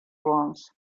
ones